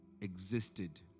existed